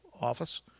office